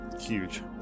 huge